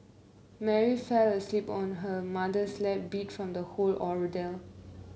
Mary fell asleep on her mother's lap beat from the whole ordeal